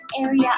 area